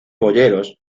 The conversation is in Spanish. boyeros